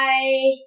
Bye